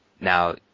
Now